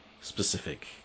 specific